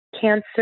cancer